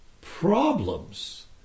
problems